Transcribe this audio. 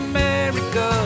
America